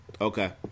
Okay